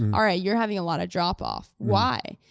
all right, you're having a lot of drop-off, why?